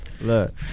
Look